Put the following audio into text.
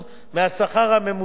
ולא 7.5%